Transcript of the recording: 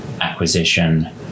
acquisition